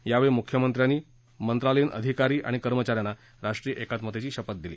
यावेळी मुख्यमंत्र्यांनी मंत्रालयीन अधिकारी आणि कर्मचाऱ्यांना राष्ट्रीय एकात्मतेची शपथ दिली